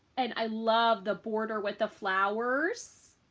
and i love the border with the flowers.